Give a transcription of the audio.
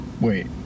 Wait